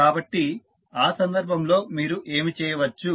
కాబట్టి ఆ సందర్భంలో మీరు ఏమి చేయవచ్చు